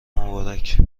مبارک